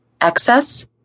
excess